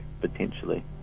potentially